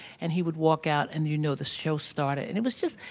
and he would walk out and you know the show's started. and it was just,